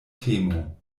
temo